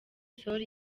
sol